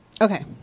Okay